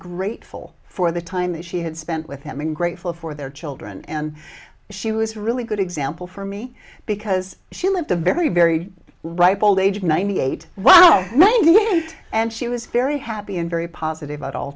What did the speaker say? grateful for the time that she had spent with him and grateful for their children and she was really good example for me because she lived a very very ripe old age ninety eight ninety eight and she was very happy and very positive at all